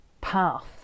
path